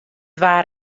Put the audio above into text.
waard